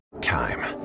Time